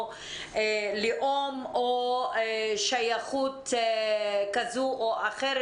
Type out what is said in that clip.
לאום או שייכות כזו או אחרת,